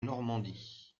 normandie